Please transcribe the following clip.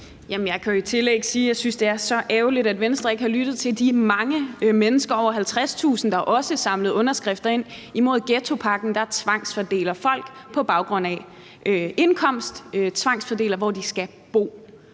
jeg synes, det er så ærgerligt, at Venstre ikke har lyttet til de mange mennesker – over 50.000 – der også samlede underskrifter ind imod ghettopakken, der på baggrund af indkomst tvangsfordeler